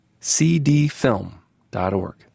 cdfilm.org